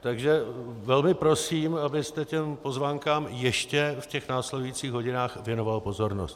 Takže velmi prosím, abyste těm pozvánkám ještě v těch následujících hodinách věnoval pozornost.